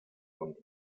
und